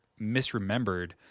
misremembered